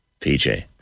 PJ